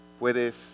Puedes